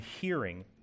hearing